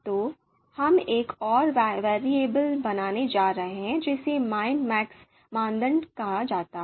तो हम एक और वैरिएबल बनाने जा रहे हैं जिसे माइनमैक्स मानदंड कहा जाता है